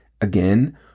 again